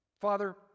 Father